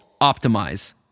Optimize